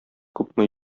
күпме